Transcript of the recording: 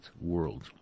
world